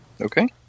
Okay